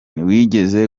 wigeze